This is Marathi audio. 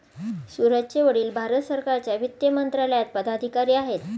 सूरजचे वडील भारत सरकारच्या वित्त मंत्रालयात पदाधिकारी आहेत